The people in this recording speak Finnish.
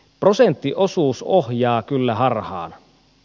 prosenttiosuus ohjaa kyllä harhaan